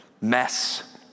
mess